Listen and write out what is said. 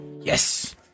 Yes